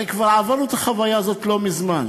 הרי כבר עברנו את החוויה הזאת לא מזמן.